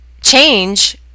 change